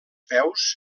peus